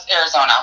Arizona